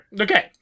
Okay